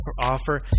offer